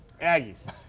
Aggies